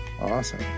awesome